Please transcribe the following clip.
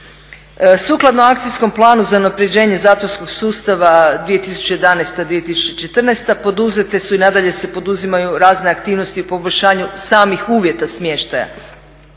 Sukladno Akacijskom planu za unapređenje zatvorskog sustava 2011.-2014.poduzete su i nadalje se poduzimaju razne aktivnosti u poboljšanju samih uvjeta smještaja.